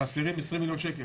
חסרים 20 מיליון שקל.